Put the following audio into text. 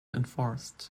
enforced